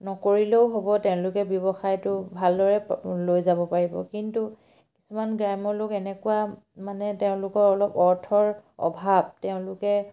নকৰিলেও হ'ব তেওঁলোকে ব্যৱসায়টো ভালদৰে লৈ যাব পাৰিব কিন্তু কিছুমান গ্ৰাম্য লোক এনেকুৱা মানে তেওঁলোকৰ অলপ অৰ্থৰ অভাৱ তেওঁলোকে